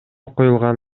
коюлган